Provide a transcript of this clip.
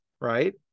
right